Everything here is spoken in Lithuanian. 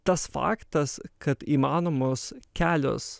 tas faktas kad įmanomos kelios